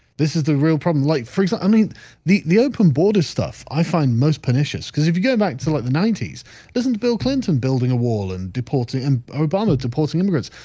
this is the real problem like freeza. i mean the the open border stuff i find most pernicious because if you go back to like the ninety s doesn't bill clinton building a wall and deport it and bothered supporting immigrants,